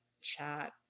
chat